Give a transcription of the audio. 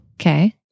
Okay